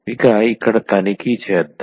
ఇక ఇక్కడ తనిఖీ చేద్దాం